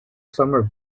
summer